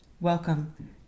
Welcome